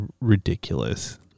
ridiculous